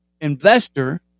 investor